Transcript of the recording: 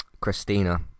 Christina